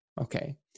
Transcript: okay